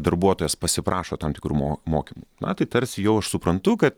darbuotojas pasiprašo tam tikrų mo mokymų na tai tarsi jau aš suprantu kad